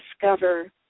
discover